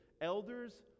Elders